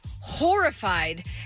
horrified